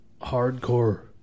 Hardcore